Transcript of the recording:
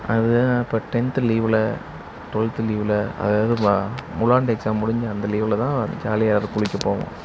அது அப்போ டென்த்து லீவில் ட்வெல்த்து லீவில் அதாவது இப்போ முழுஆண்டு எக்ஸாம் முடிஞ்சு அந்த லீவில் தான் ஜாலியாக அது குளிக்கப் போவோம்